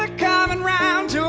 ah comin' round to